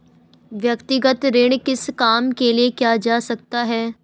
व्यक्तिगत ऋण किस काम के लिए किया जा सकता है?